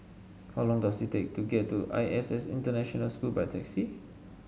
how long does it take to get to I S S International School by taxi